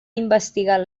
investigar